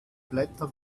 blätter